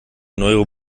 neue